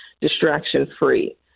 distraction-free